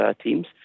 teams